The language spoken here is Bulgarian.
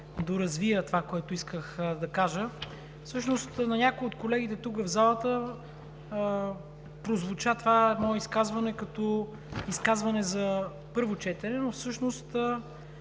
доразвия това, което исках да кажа. Всъщност на някои от колегите тук в залата това мое изказване прозвуча като изказване за първо четене, но логиката